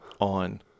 on